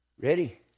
ready